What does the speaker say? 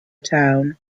town